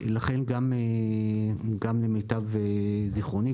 גם למיטב זכרוני,